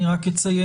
אני רק אציין,